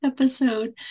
episode